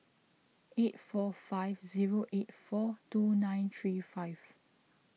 eight four five zero eight four two nine three five